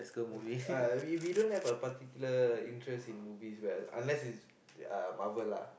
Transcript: uh we we don't have a particular interest in movies well unless it's uh Marvel lah